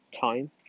time